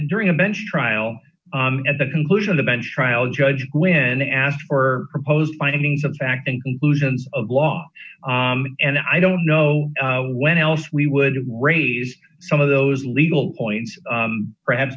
during a bench trial at the conclusion of the bench trial judge when asked for proposed findings of fact in conclusions of law and i don't know when else we would raise some of those legal points perhaps